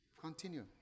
Continue